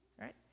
Right